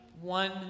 one